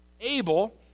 Abel